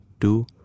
two